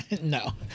no